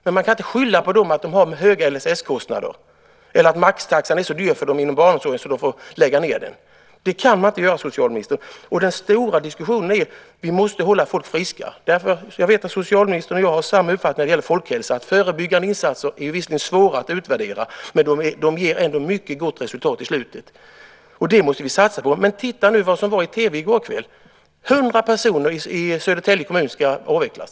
Man kan inte skylla på dem för att de har höga LSS-kostnader eller att maxtaxan är så dyr för dem inom barnomsorgen att de får lägga ned den. Det kan man inte. Den stora frågan är ju att vi måste hålla folk friska. Jag vet att socialministern och jag har samma uppfattning när det gäller folkhälsan, nämligen att förebyggande insatser visserligen är svåra att utvärdera men att de ger mycket gott resultat i slutet. Det måste vi satsa på. På TV i går kväll talade man om att 100 tjänster i Södertälje kommun ska avvecklas.